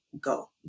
go